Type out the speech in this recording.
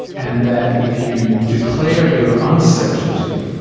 and that if you declare your uncertainty,